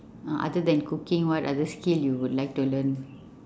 ah other than cooking what other skill you would like to learn